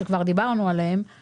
שכבר דיברנו עליהם,